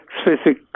specific